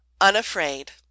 unafraid